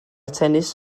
tennis